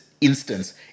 instance